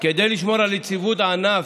כדי לשמור על יציבות הענף,